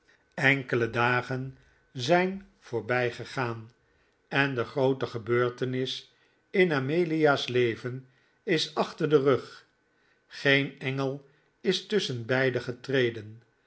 enkele dagen zijn voorbijgegaan en de groote gebeurtenis in amelia's leven is achter den rug geen engel is tusschenbeide getreden